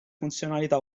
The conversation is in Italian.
funzionalità